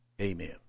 amen